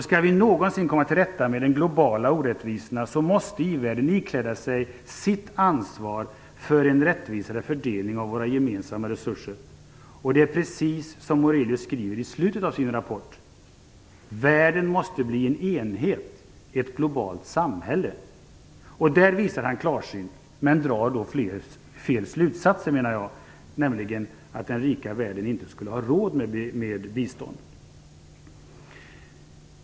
Skall vi någonsin komma till rätta med de globala orättvisorna måste i-världen ikläda sig sitt ansvar för en rättvisare fördelning av våra gemensamma resurser. Det är precis som Murelius skriver i slutet av sin rapport:"Världen måste bli en enhet, ett globalt samhälle". Där visar han klarsyn men drar enligt min mening fel slutsatser, nämligen att den rika världen inte skulle ha råd med bistånd.